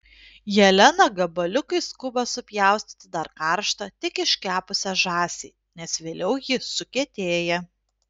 jelena gabaliukais skuba supjaustyti dar karštą tik iškepusią žąsį nes vėliau ji sukietėja